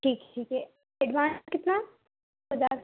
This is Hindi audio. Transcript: ठीक है ठीक है एडवांस कितना